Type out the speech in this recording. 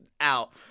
out